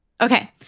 Okay